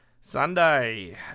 Sunday